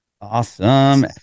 Awesome